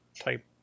type